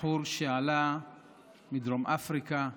בחור שעלה מדרום אפריקה,